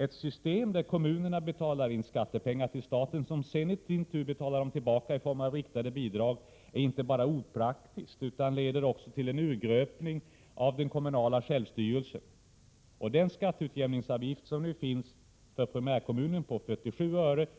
Ett system där kommunerna betalar in skattepengar till staten, som sedan i sin tur betalar dem tillbaka i form av riktade bidrag, är inte bara opraktiskt utan leder också till en urgröpning av den kommunala självstyrelsen. Skatteutjämningsavgiften, som för primärkommunen kommer att ligga